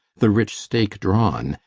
the rich stake drawn,